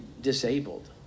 disabled